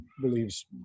believes